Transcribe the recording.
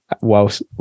whilst